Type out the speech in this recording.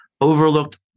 overlooked